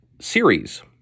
series